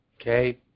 okay